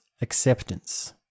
acceptance